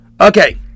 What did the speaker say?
Okay